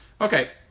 Okay